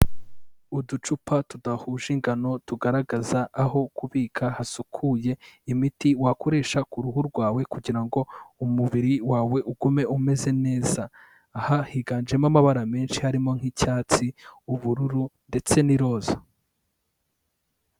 Uducupa tudahuje ingano tugaragaza aho kubika hasukuye, imiti wakoresha ku ruhu rwawe kugira ngo umubiri wawe ugume umeze neza, aha higanjemo amabara menshi, harimo nk'icyatsi, ubururu ndetse n'iroza.